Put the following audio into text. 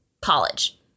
college